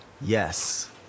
Yes